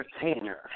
entertainer